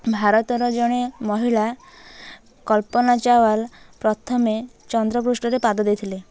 ଭାରତର ଜଣେ ମହିଳା କଳ୍ପନା ଚାୱଲା ପ୍ରଥମେ ଚନ୍ଦ୍ର ପୃଷ୍ଠରେ ପାଦ ଦେଇଥିଲେ